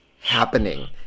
happening